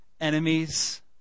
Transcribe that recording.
enemies